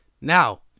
Now